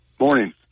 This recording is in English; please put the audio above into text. Morning